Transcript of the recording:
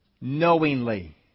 knowingly